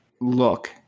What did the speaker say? look